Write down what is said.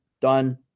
done